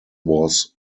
was